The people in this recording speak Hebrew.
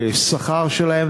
בשכר שלהן.